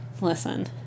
Listen